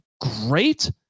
great